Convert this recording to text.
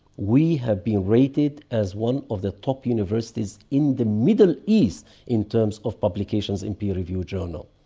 we have been rated as one of the top universities in the middle east in terms of publications and peer reviewed journals,